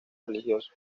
religioso